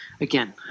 again